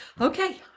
Okay